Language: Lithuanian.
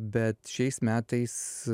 bet šiais metais